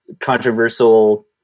controversial